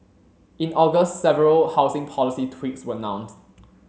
in August several housing policy tweaks were announced